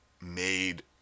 made